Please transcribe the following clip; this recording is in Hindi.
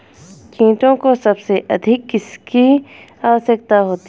कीटों को सबसे अधिक किसकी आवश्यकता होती है?